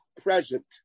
present